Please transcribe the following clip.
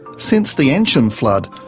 since the ensham flood,